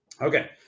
Okay